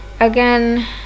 again